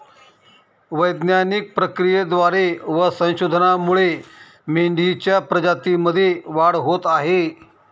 वैज्ञानिक प्रक्रियेद्वारे व संशोधनामुळे मेंढीच्या प्रजातीमध्ये वाढ होत आहे